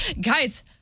guys